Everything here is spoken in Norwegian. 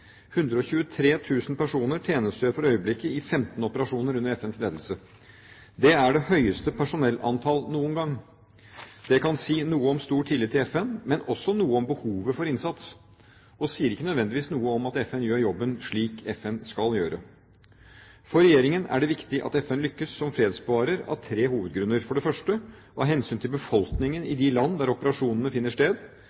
personer tjenestegjør for øyeblikket i 15 operasjoner under FNs ledelse. Det er det høyeste personellantall noen gang. Det kan si noe om stor tillit til FN, men også noe om behovet for innsats, og sier ikke nødvendigvis noe om at FN gjør jobben slik FN skal gjøre. For regjeringen er det viktig at FN lykkes som fredsbevarer av tre hovedgrunner: for det første av hensyn til befolkningen i